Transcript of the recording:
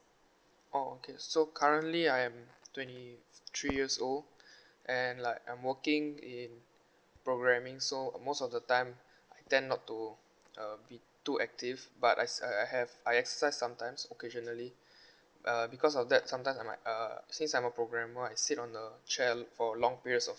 oh okay so currently I am twenty three years old and like I'm working in programming so most of the time I tend not to uh bit too active but as uh I have I exercise sometimes occasionally uh because of that sometime I might uh since I'm a programmer I sit on the chair for a long periods of